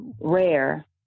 Rare